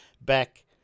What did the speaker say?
back